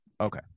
Okay